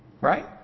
Right